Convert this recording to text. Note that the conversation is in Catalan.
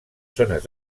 zones